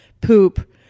poop